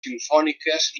simfòniques